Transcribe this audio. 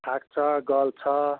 थाक्छ गल्छ